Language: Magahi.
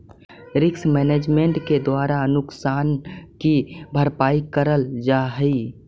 रिस्क मैनेजमेंट के द्वारा नुकसान की भरपाई करल जा हई